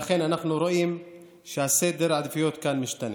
אנחנו רואים שסדר העדיפויות כאן משתנה.